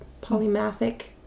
polymathic